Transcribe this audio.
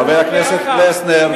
חבר הכנסת פלסנר.